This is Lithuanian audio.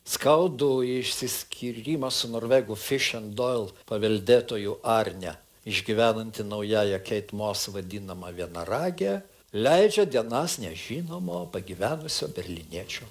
skaudų išsiskyrimą su norvegų fišen doil paveldėtoju arne išgyvenanti naująja keit mos vadinama vienaragė leidžia dienas nežinomo pagyvenusio berlyniečio